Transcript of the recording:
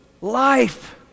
life